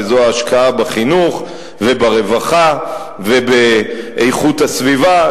וזו ההשקעה בחינוך וברווחה ובאיכות הסביבה.